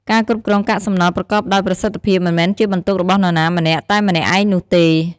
ការគ្រប់គ្រងកាកសំណល់ប្រកបដោយប្រសិទ្ធភាព មិនមែនជាបន្ទុករបស់នរណាម្នាក់តែម្នាក់ឯងនោះទេ។